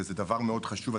זה דבר מאוד חשוב.